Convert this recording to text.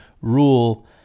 rule